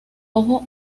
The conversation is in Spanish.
ojo